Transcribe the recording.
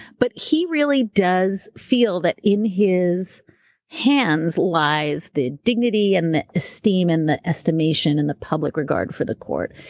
but he really does feel that in his hands lies the dignity and the esteem and the estimation and the public regard for the court.